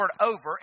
over